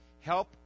Help